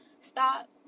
stop